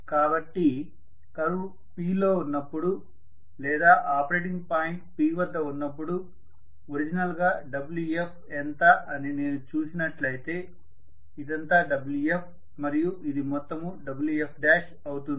కాబట్టి curve P లో ఉన్నపుడు లేదా ఆపరేటింగ్ పాయింట్ P వద్ద ఉన్నపుడు ఒరిజినల్ గా Wf ఎంత అని నేను చూసి నట్లయితే ఇదంతా Wf మరియు ఇది మొత్తము Wf అవుతుంది